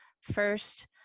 First